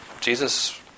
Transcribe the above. Jesus